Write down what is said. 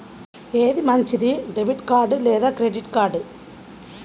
ఏది మంచిది, debit card లేదా క్రెడిట్ కార్డ్?